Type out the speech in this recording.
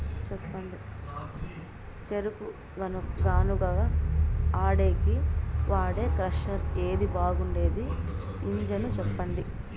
చెరుకు గానుగ ఆడేకి వాడే క్రషర్ ఏది బాగుండేది ఇంజను చెప్పండి?